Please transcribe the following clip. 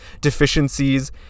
deficiencies